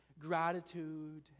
gratitude